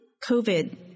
COVID